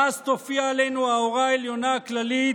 ואז תופיע עלינו האורה העליונה הכללית,